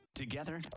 Together